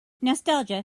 nostalgia